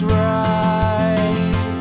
right